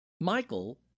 Michael